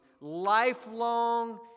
lifelong